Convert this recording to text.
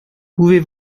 pouvez